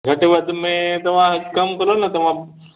घटि वधि में तव्हां हिकु कमु कयो तव्हां